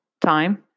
time